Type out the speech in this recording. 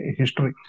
history